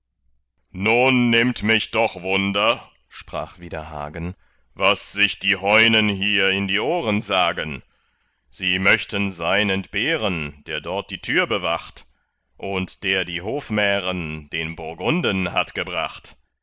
nun nimmt mich doch wunder sprach wieder hagen was sich die heunen hier in die ohren sagen sie möchten sein entbehren der dort die tür bewacht und der die hofmären den burgunden hat gebracht